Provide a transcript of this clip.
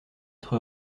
être